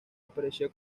apareció